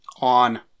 on